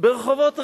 ברחובות רמלה,